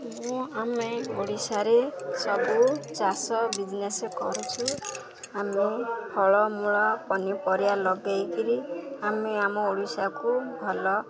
ମୁଁ ଆମେ ଓଡ଼ିଶାରେ ସବୁ ଚାଷ ବିଜନେସ୍ କରୁଛୁ ଆମେ ଫଳମୂଳ ପନିପରିବା ଲଗେଇକିରି ଆମେ ଆମ ଓଡ଼ିଶାକୁ ଭଲ